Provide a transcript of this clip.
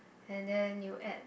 and then you add